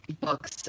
books